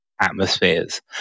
atmospheres